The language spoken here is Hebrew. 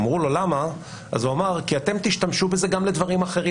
שאלו אותו למה והוא אמר: כי אתם תשתמשו בזה גם לדברים אחרים.